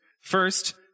First